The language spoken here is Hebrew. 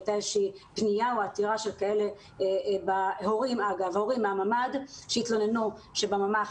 הייתה עתירה של הורים מן הממ"ד שהתלוננו שבממ"ח